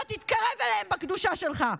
לא תתקרב אליהם בקדושה שלך,